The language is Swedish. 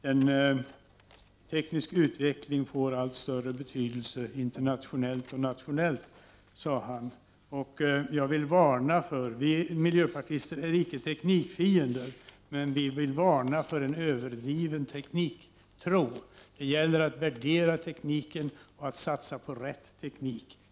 Den tekniska utvecklingen får allt större betydelse internationellt och nationellt, sade han. Vi miljöpartister är icke teknikfiender, men vi vill varna för en överdriven tekniktro. Det gäller att värdera tekniken och att satsa på rätt teknik.